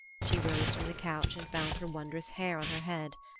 she rose from the couch and bound her wondrous hair on her head.